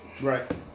Right